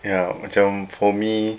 ya macam for me